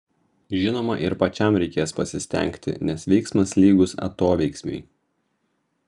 žinoma ir pačiam reikės pasistengti nes veiksmas lygus atoveiksmiui